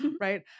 right